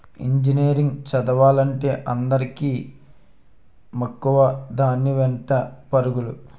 engineering చదువులంటే అందరికీ మక్కువ దాని వెంటే పరుగులు